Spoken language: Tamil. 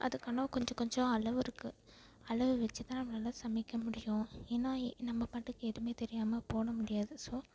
அதுக்கு ஆனால் கொஞ்சம் கொஞ்சம் அளவு இருக்குது அளவு வெச்சு தான் நம்மளால் சமைக்க முடியும் ஏன்னால் நம்மப் பாட்டுக்கு எதுவுமே தெரியாமல் போட முடியாது ஸோ